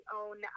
own